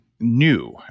new